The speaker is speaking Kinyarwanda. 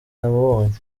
namubonye